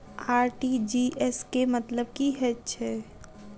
RTGS केँ मतलब की हएत छै?